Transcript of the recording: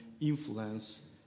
influence